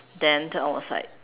then I was like